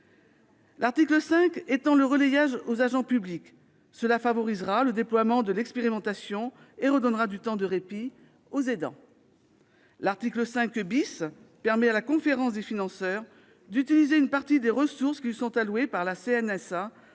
L'article 5 étend le relayage aux agents publics. Cela favorisera le déploiement de l'expérimentation et redonnera du temps de répit aux aidants. L'article 5 permet à la conférence des financeurs d'utiliser une partie des ressources qui lui sont allouées par la